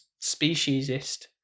speciesist